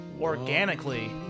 organically